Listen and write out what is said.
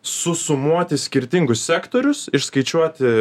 susumuoti skirtingus sektorius išskaičiuoti